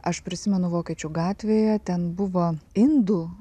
aš prisimenu vokiečių gatvėje ten buvo indų